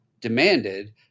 demanded